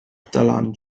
dylan